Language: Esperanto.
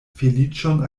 feliĉon